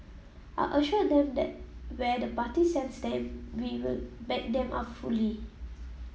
I assured them that where the party sends them we will back them up fully